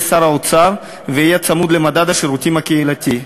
שר האוצר ויהיה צמוד למדד השירותים הקהילתי,